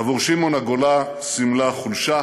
עבור שמעון, הגולה סימלה חולשה,